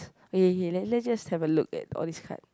okay okay let's let's just have a look at all these card